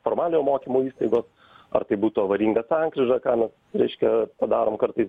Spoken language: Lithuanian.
formaliojo mokymo įstaigos ar tai būtų avaringa sankryža ką mes reiškia padarom kartais